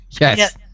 Yes